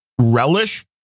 relish